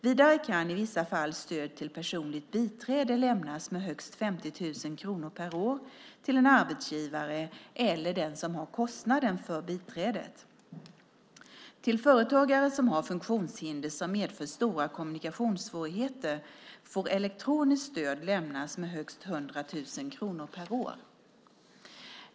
Vidare kan i vissa fall stöd till personligt biträde lämnas med högst 50 000 kronor per år till en arbetsgivare eller den som har kostnaden för biträdet. Till företagare som har funktionshinder som medför stora kommunikationssvårigheter får ekonomiskt stöd lämnas med högst 100 000 kronor per år.